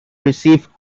receive